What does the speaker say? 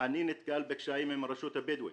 אני נתקל בקשיים עם הרשות הבדואית.